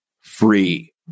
free